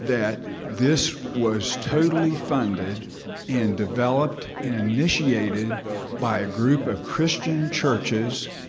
that this was totally funded and developed and initiated by a group of christian churches,